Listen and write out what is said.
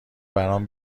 برام